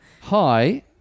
Hi